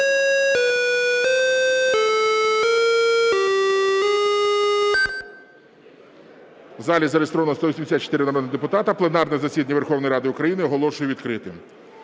У залі зареєстровано 184 народних депутати. Пленарне засідання Верховної Ради України оголошую відкритим.